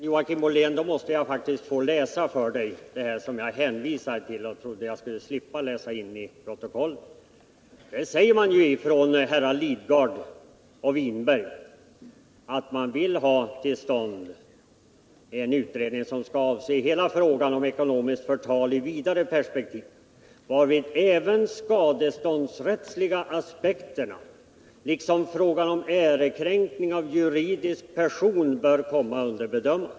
Herr talman! Då måste jag faktiskt, fast jag hade hoppats att slippa behöva göra det, läsa upp för Joakim Ollén och till protokollet det som jag hänvisade till i mitt tidigare inlägg. Herrar Lidgard och Winberg säger i reservationen att man vill ha till stånd en utredning som ”bör avse hela frågan om ekonomiskt förtal i ett vidare perspektiv, varvid även de skadeståndsrättsliga aspekterna liksom frågan om ärekränkning av juridisk person bör komma under bedömande”.